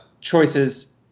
choices